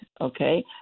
okay